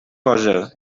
cosa